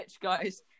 guys